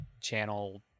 channel